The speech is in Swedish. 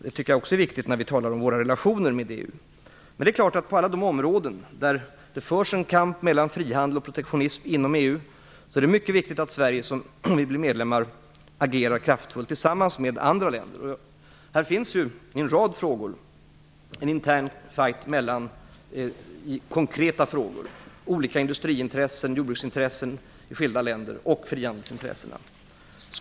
Det är också viktigt när vi talar om våra relationer med På alla de områden där det förs en kamp mellan frihandel och protektionism inom EU är det mycket viktigt att Sverige, om vi blir medlemmar, agerar kraftfullt tillsammans med andra länder. Här finns en intern kamp i en rad konkreta frågor. Det är en kamp mellan olika industriintressen, jordbruksintressen och frihandelsintressen i skilda länder.